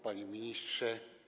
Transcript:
Panie Ministrze!